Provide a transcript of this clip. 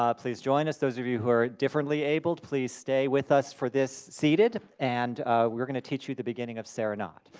um please join us, those of you who are differently abled, please stay with us for this, seated, and we are going to teach you the beginning of serenade.